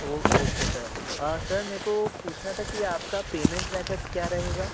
ओ okay sir sir में को पूछना था कि आपका पेमेंट मेथड क्या रहेगा